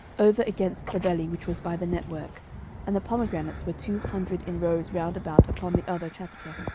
over against the belly which was by the network and the pomegranates were two hundred in rows round about upon the other chapiter.